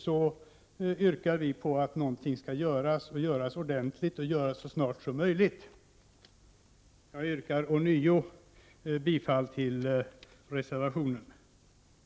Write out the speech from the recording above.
1988/89:46 yrkar vi på att någonting skall göras, skall göras ordentligt och så snart som 15 december 1988 möjligt. Jag yrkar ånyo bifall till reservationen. MR ra Finansiering av hanter